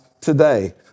today